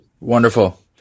Wonderful